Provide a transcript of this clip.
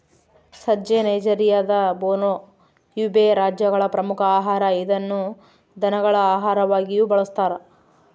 ಸಜ್ಜೆ ನೈಜೆರಿಯಾದ Borno, Yobe ರಾಜ್ಯಗಳ ಪ್ರಮುಖ ಆಹಾರ ಇದನ್ನು ದನಗಳ ಆಹಾರವಾಗಿಯೂ ಬಳಸ್ತಾರ